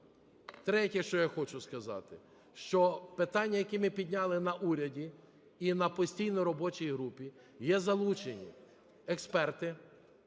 Третє, що я хочу сказати, що питання, які ми підняли на уряді і на постійній робочій групі, є залучені експерти,